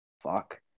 Fuck